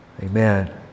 Amen